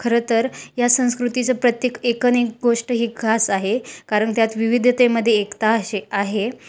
खरं तर या संस्कृतीचं प्रत्येक एकूणेक गोष्ट ही खास आहे कारण त्यात विविधतेमध्ये एकता असे आहे